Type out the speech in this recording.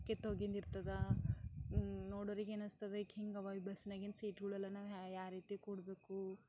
ಕಿತ್ತೋಗಿದ್ದಿರ್ತದ ನೋಡೋರಿಗೇನನ್ನಿಸ್ತದ ಏಕೆ ಹಿಂಗವ ಈ ಬಸ್ನಾಗಿನ ಸೀಟ್ಗಳು ಯಾವ ರೀತಿ ಕೂರ್ಬೇಕು